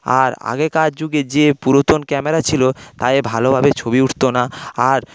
আর আগেকার যুগে যে পুরাতন ক্যামেরা ছিল তাই ভালোভাবে ছবি উঠতো না আর